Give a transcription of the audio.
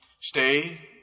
stay